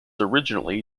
originally